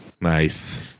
Nice